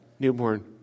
Newborn